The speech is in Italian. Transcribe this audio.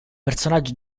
personaggio